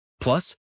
Plus